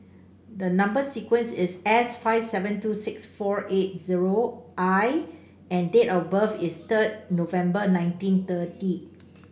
the number sequence is S five seven two six four eight zero I and date of birth is third November nineteen thirty